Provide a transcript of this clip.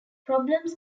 problems